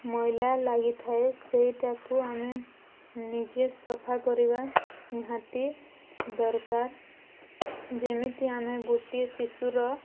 ମଇଳା ଲାଗିଥାଏ ସେଇଟାକୁ ଆମେ ନିଜେ ସଫା କରିବା ନିହାତି ଦରକାର ଯେମିତି ଆମେ ଗୋଟିଏ ଶିଶୁର